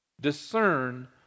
discern